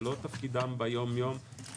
זה לא תפקידם ביום-יום.